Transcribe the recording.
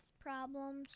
problems